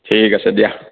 ঠিক আছে দিয়া